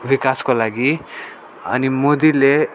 विकासको लागि अनि मोदीले